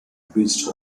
beached